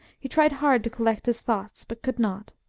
he tried hard to collect his thoughts, but could not.